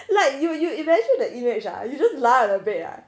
like you you imagine the image ah you just lie on the bed right